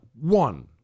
one